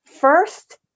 first